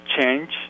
change